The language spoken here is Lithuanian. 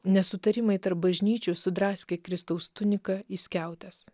nesutarimai tarp bažnyčių sudraskė kristaus tuniką į skiautes